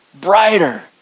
brighter